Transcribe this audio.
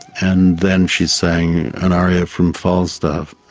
and then she sang an aria from falstaff.